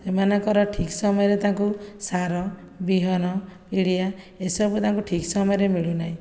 ସେମାନଙ୍କର ଠିକ ସମୟରେ ତାଙ୍କୁ ସାର ବିହନ ପିଡ଼ିଆ ଏସବୁ ତାଙ୍କୁ ଠିକ ସମୟରେ ମିଳୁନାହିଁ